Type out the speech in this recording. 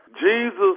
Jesus